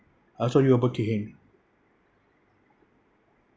I also